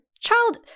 Child